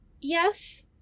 Yes